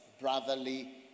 brotherly